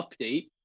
update